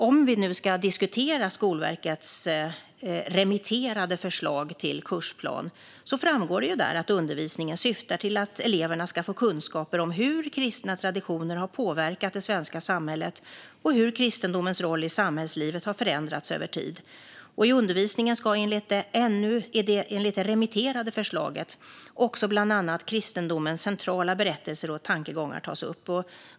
Om vi nu ska diskutera Skolverkets remitterade förslag till kursplan framgår det där att undervisningen syftar till att eleverna ska få kunskaper om hur kristna traditioner har påverkat det svenska samhället och hur kristendomens roll i samhällslivet har förändrats över tid. I undervisningen ska enligt det remitterade förslaget också bland annat kristendomens centrala berättelser och tankegångar tas upp.